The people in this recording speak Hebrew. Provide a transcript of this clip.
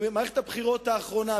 במערכת הבחירות האחרונה,